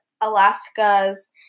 Alaska's